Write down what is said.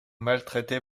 maltraitez